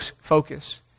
focus